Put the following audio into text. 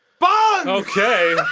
bomb ok